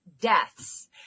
deaths